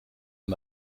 aan